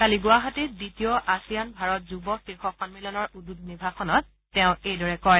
কালি গুৱাহাটীত দ্বিতীয় আছিয়ান ভাৰত যুৱ শীৰ্ষ সন্মিলনৰ উদ্বোধনী ভাষণত তেওঁ এইদৰে কয়